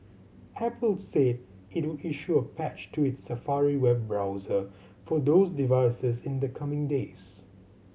apple said it would issue a patch to its Safari web browser for those devices in the coming days